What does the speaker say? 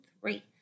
three